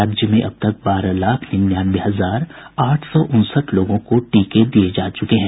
राज्य में अब तक बारह लाख निन्यानवे हजार आठ सौ उनसठ लोगों को टीके दिये जा चुके हैं